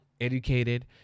educated